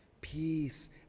peace